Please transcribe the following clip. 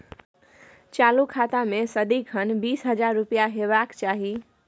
चालु खाता मे सदिखन बीस हजार रुपैया हेबाक चाही